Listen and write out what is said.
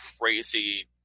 crazy